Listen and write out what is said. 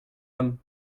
homme